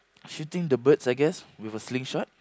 shooting the birds I guess with a sling shot